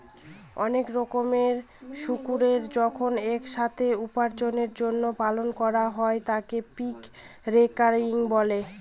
অনেক রকমের শুকুরকে যখন এক সাথে উপার্জনের জন্য পালন করা হয় তাকে পিগ রেয়ারিং বলে